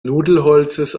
nudelholzes